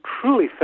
truly